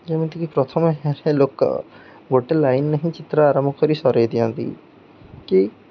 ଯେମିତିକି ପ୍ରଥମ ହେ ଲୋକ ଗୋଟେ ଲାଇନ୍ ହିିଁ ଚିତ୍ର ଆରମ୍ଭ କରି ସରାଇ ଦିଅନ୍ତି କି